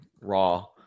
Raw